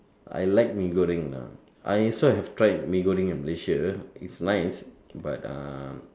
I like Mee-Goreng lah I also have tried Mee-Goreng in Malaysia it's nice but uh